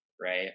right